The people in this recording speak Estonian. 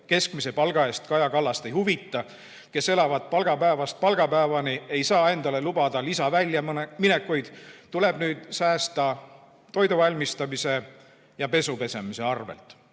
keskmise palga abil Kaja Kallast ei huvita, kes elavad palgapäevast palgapäevani, ei saa endale lubada lisaväljaminekuid, neil tuleb nüüd säästa toiduvalmistamise ja pesupesemise arvel.